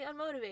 unmotivated